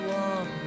one